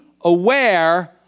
aware